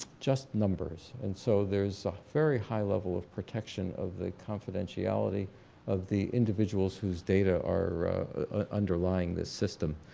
just numbers and so there's a very high level of protection of the confidentiality of the individuals whose data are ah underlying this system.